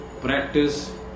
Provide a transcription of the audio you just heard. Practice